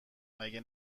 مگه